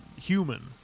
human